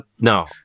No